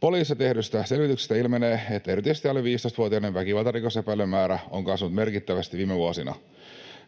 Poliisissa tehdystä selvityksestä ilmenee, että erityisesti alle 15-vuotiaiden väkivaltarikosepäilyjen määrä on kasvanut merkittävästi viime vuosina.